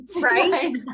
Right